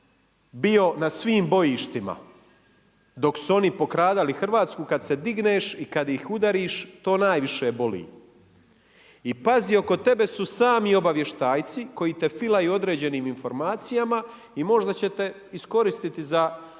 bio na svim bojištima dok su oni pokradali Hrvatsku, kad se digneš i kad ih udariš to najviše boli. I pazi, oko tebe su sami obavještajci koji te filaju određenim informacijama i možda ćete iskoristiti za